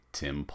tim